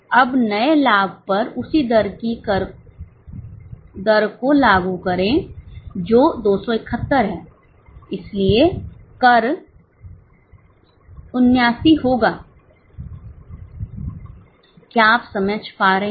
अब नए लाभ पर उसी कर की दर को लागू करें जो 271 है इसलिए कर 79 होगा क्या आप समझ पा रहे हैं